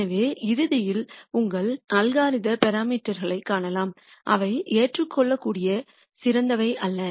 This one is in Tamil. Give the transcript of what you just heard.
எனவே இறுதியில் உங்கள் அல்கரித்ம் அளவுருக்களைக் காணலாம் அவை ஏற்றுக்கொள்ளக்கூடிய சிறந்தவை அல்ல